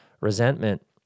resentment